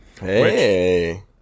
Hey